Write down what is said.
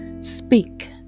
Speak